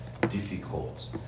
difficult